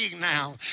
now